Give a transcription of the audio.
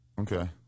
Okay